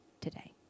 today